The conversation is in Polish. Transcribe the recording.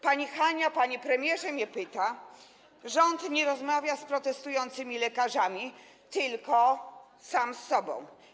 Pani Hania, panie premierze, mówiła mi, że rząd nie rozmawia z protestującymi lekarzami, tylko sam ze sobą.